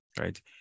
right